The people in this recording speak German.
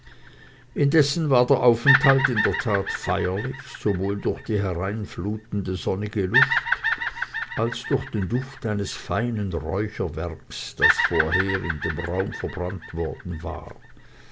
indessen war der aufenthalt in der tat feierlich sowohl durch die hereinflutende sonnige luft als durch den duft eines feinen räucherwerkes das vorher in dem raume verbrannt worden war